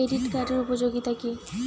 Credit কার্ডের উপযোগিতা কি?